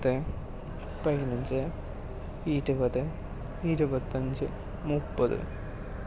പത്ത് പതിനഞ്ച് ഇരുപത് ഇരുപത്തഞ്ച് മുപ്പത്